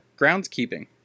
groundskeeping